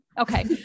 Okay